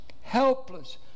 Helpless